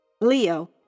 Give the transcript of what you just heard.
Leo